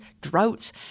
droughts